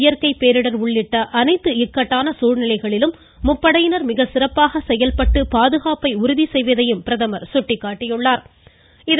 இயற்கை பேரிடர் உள்ளிட்ட அனைத்து இக்கட்டான சூழ்நிலைகளிலும் முப்படையினர் மிக சிறப்பாக செயல்பட்டு பாதுகாப்பை உறுதிசெய்வதாகவும் பிரதமர் பாராட்டியுள்ளா்